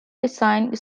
design